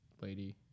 lady